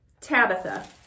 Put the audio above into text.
Tabitha